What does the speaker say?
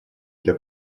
для